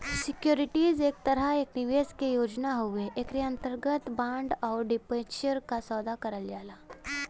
securities एक तरह एक निवेश के योजना हउवे एकरे अंतर्गत बांड आउर डिबेंचर क सौदा करल जाला